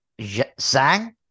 Zhang